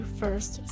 first